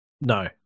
No